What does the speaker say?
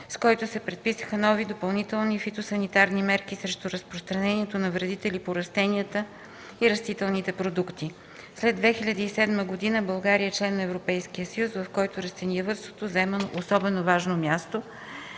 с който се предписаха нови допълнителни фитосанитарни мерки срещу разпространението на вредители по растенията и растителните продукти; след 2007 г. България е член на Европейския съюз, в който растениевъдството заема особено важно място,